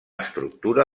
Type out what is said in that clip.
estructura